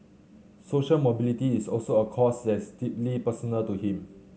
social mobility is also a cause that's deeply personal to him